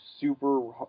super